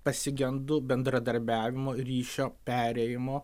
pasigendu bendradarbiavimo ir ryšio perėjimo